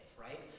right